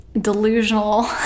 delusional